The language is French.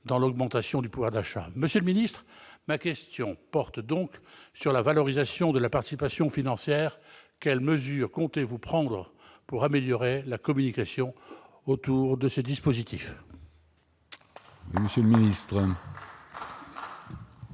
Monsieur le secrétaire d'État, ma question porte donc sur la valorisation de la participation financière : quelles mesures comptez-vous prendre pour améliorer la communication autour de ces dispositifs ?